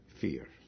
fear